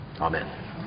Amen